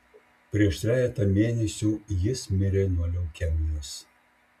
prieš trejetą mėnesių jis mirė nuo leukemijos